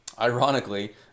ironically